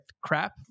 crap